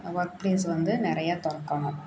work place வந்து நிறையா திறக்கலாம்